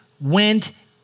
went